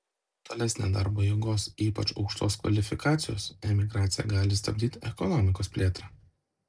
tolesnė darbo jėgos ypač aukštos kvalifikacijos emigracija gali stabdyti ekonomikos plėtrą